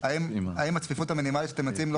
האם הצפיפות המינימלית שאתם מציעים לא